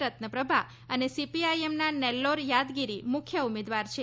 રત્નપ્રભા અને સીપીઆઈ એમના નેલ્લોર યાદગિરી મુખ્ય ઉમેદવાર છે